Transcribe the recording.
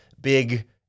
big